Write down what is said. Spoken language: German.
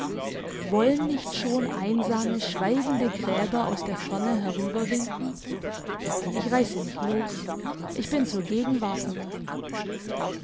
wollen nicht schon einsame schweigende gräber aus der ferne herüberwinken ich reisse mich los ich bin zur gegenwart erwacht